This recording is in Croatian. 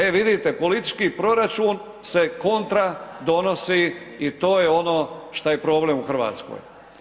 E vidite, politički proračun sve kontra donosi i to je ono što je problem u Hrvatskoj.